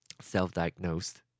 self-diagnosed